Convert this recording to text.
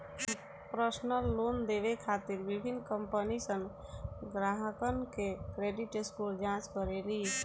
personal loan देवे खातिर विभिन्न कंपनीसन ग्राहकन के क्रेडिट स्कोर जांच करेली